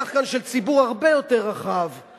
נשיאת בית-הדין שתהיה אשה, אני מוותר לך על